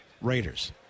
Raiders